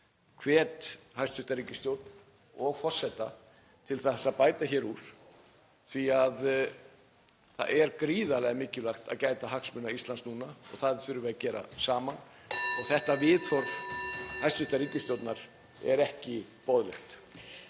hvet hæstv. ríkisstjórn og forseta til að bæta hér úr því að það er gríðarlega mikilvægt að gæta hagsmuna Íslands núna. Það þurfum við að gera saman og þetta viðhorf hæstv. ríkisstjórnar er ekki boðlegt.